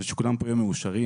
ושכולם פה יהיו מאושרים.